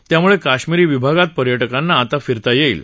त्यामुळे कश्मीरी विभागात पर्यटकांना आता फिरता येईल